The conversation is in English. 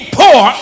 poor